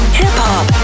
hip-hop